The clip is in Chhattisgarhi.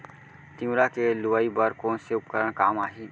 तिंवरा के लुआई बर कोन से उपकरण काम आही?